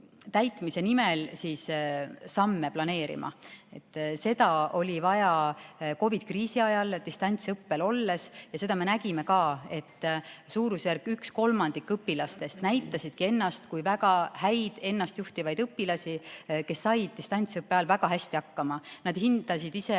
täitmise nimel samme planeerida. Seda oli vaja COVID‑i kriisi ajal distantsõppel olles. Me nägime ka, et suurusjärgus kolmandik õpilastest näitasidki ennast kui väga häid ennastjuhtivaid õpilasi, kes said distantsõppe ajal väga hästi hakkama. Nad hindasid ise,